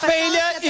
Failure